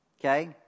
Okay